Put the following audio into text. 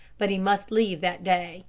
but he must leave that day.